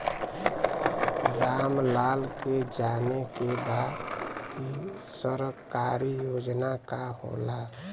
राम लाल के जाने के बा की सरकारी योजना का होला?